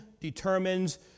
determines